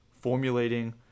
formulating